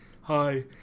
hi